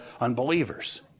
unbelievers